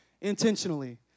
intentionally